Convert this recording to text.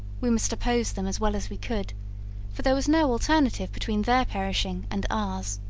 we must oppose them as well as we could for there was no alternative between their perishing and ours.